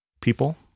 people